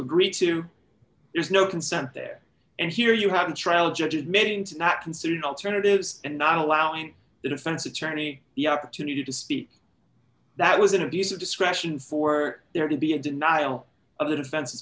agree to there's no consent there and here you have the trial judge admitting to not considering alternatives and not allowing the defense attorney the opportunity to speak that was an abuse of discretion for there to be a denial of the defense